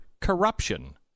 corruption